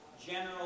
General